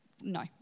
no